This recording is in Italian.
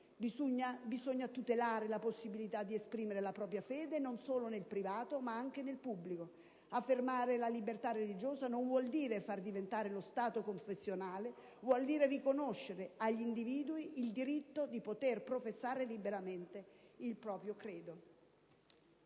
Bisogna tutelare la possibilità di esprimere la propria fede non solo nel privato, ma anche nel pubblico. Affermare la libertà religiosa non vuol dire far diventare lo Stato confessionale: vuol dire riconoscere agli individui il diritto di poter professare liberamente il proprio credo.